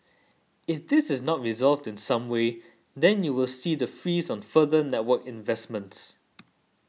if this is not resolved in some way then you will see the freeze on further network investments